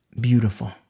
beautiful